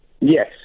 Yes